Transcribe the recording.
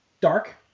dark